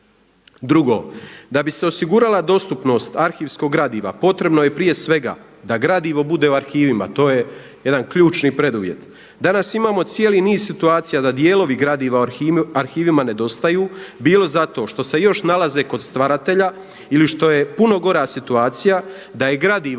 Drugo. Da bi se osigurala dostupnost arhivskog gradiva potrebno je prije svega da gradivo bude u arhivima, to je jedan ključni preduvjet. Danas imamo cijeli niz situacija da dijelovi gradiva u arhivima nedostaju bilo zato što se još nalaze kod stvaratelja ili što je puno gora situacija da je gradivo